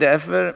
Därför behöver